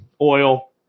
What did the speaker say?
oil